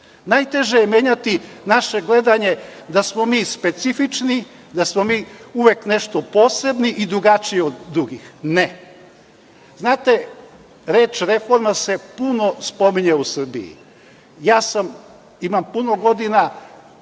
Najteže je menjati naše gledanje da smo mi specifični, da smo mi uvek nešto posebni i drugačiji od drugih. Ne. Znate, reč reforma se puno pominje u Srbiji. Ja sam puno godina